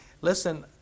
listen